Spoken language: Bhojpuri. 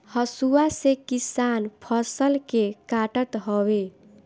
हसुआ से किसान फसल के काटत हवे